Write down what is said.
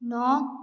नौ